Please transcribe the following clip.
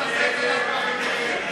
משרד החקלאות,